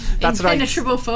Impenetrable